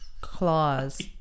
Claws